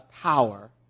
power